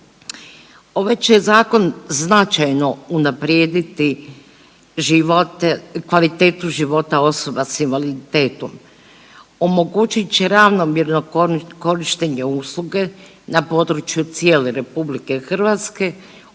Ovaj će zakon značajno unaprijediti živote, kvalitetu života osoba s invaliditetom. Omogućit će ravnomjerno korištenje usluge na području cijele RH uz prevenciju